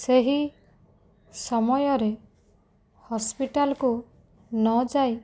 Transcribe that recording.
ସେହି ସମୟରେ ହସ୍ପିଟାଲ୍କୁ ନଯାଇ